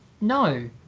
no